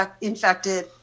infected